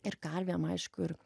ir karvėm aišku ir